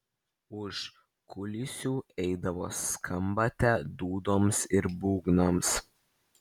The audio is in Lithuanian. už kulisių eidavo skambate dūdoms ir būgnams